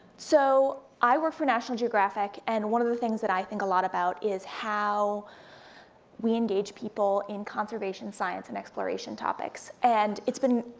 so i work for national geographic, and one of the things that i think a lot about is how we engage people in conservation science and exploration topics. and it's been,